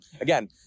again